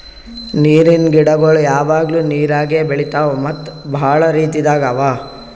ನೀರಿನ್ ಗಿಡಗೊಳ್ ಯಾವಾಗ್ಲೂ ನೀರಾಗೆ ಬೆಳಿತಾವ್ ಮತ್ತ್ ಭಾಳ ರೀತಿದಾಗ್ ಅವಾ